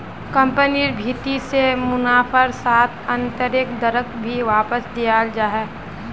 कम्पनिर भीति से मुनाफार साथ आन्तरैक दरक भी वापस दियाल जा छे